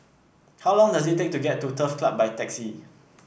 how long does it take to get to Turf Club by taxi